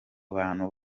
bantu